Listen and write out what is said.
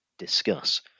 discuss